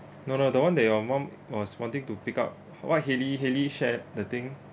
no no that one that your mum was wanting to pick up what haley haley shared the thing